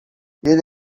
ele